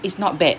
is not bad